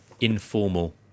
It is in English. informal